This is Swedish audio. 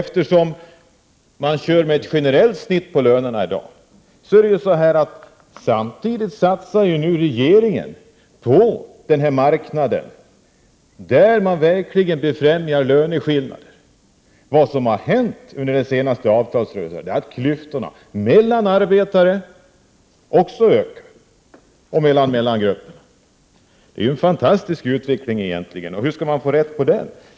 Eftersom man tillämpar ett generellt snitt på lönerna i dag blir det så, att regeringen samtidigt satsar på den marknad där löneskillnader verkligen befrämjas. Vad som har hänt under de senaste avtalsrörelserna är att klyftorna mellan arbetarna har ökat, liksom när det gäller mellangrupperna. Det är egentligen en fantastisk utveckling. Hur skall man komma till rätta med denna utveckling?